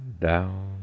down